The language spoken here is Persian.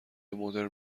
مدرن